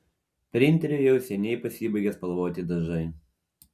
printeriui jau seniai pasibaigė spalvoti dažai